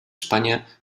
espanya